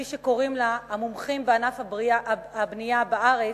כפי שקוראים לה המומחים בענף הבנייה בארץ,